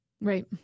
Right